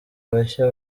bashya